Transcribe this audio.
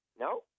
No